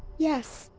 yes.